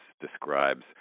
describes